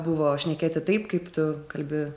buvo šnekėti taip kaip tu kalbi